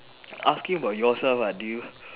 asking about yourself lah do you